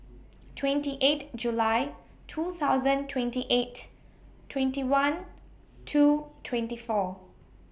twenty eight July two thousand twenty eight twenty one two twenty four